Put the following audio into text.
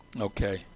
Okay